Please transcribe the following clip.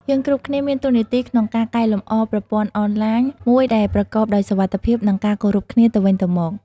យើងគ្រប់គ្នាមានតួនាទីក្នុងការកែលំអរប្រព័ន្ធអនឡាញមួយដែលប្រកបដោយសុវត្ថិភាព និងការគោរពគ្នាទៅវិញទៅមក។